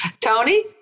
Tony